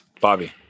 Bobby